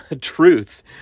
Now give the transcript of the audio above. truth